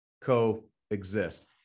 coexist